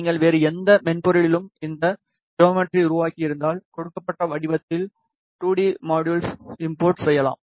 நீங்கள் வேறு எந்த மென்பொருளிலும் இந்த ஜியோமெட்ரி உருவாக்கியிருந்தால்கொடுக்கப்பட்ட வடிவத்தில் 2 டி மாடியுல் இம்போர்ட் செய்யலாம்